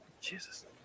Jesus